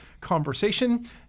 conversation